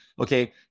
okay